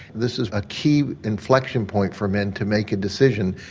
this is a key inflection point for men to make a decision.